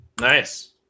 Nice